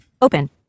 Open